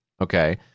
Okay